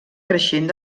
creixent